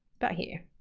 about here.